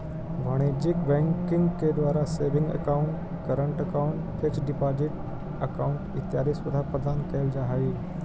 वाणिज्यिक बैंकिंग के द्वारा saving account, current account, fix deposit account इत्यादि सुविधा प्रदान कैल जा हइ